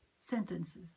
sentences